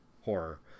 horror